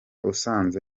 usanze